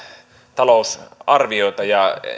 talousarvioita ja